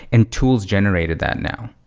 and tools generated that now.